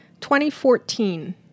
2014